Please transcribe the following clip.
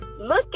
look